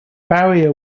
barrier